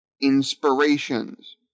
inspirations